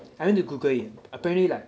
I went to google it apparently like